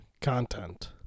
content